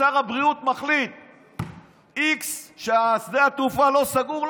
כששר הבריאות מחליט ששדה התעופה לא סגור,